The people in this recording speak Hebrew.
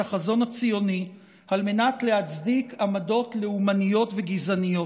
החזון הציוני על מנת להצדיק עמדות לאומניות וגזעניות.